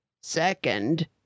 Second